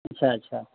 अच्छा अच्छा